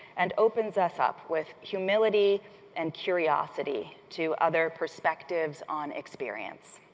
and opens us up with humility and curiosity to other perspectives on experience.